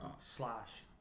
Slash